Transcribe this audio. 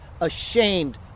ashamed